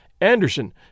Anderson